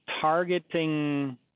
targeting